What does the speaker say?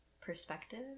perspective